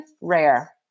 rare